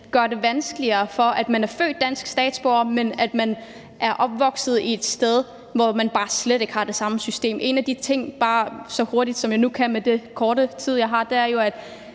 gør det vanskeligere, i forhold til at man er født dansk statsborger, men at man er opvokset et sted, hvor man bare slet ikke har det samme system. En af de ting, jeg vil nævne så hurtigt, jeg nu kan med den korte tid, jeg har til det, er, at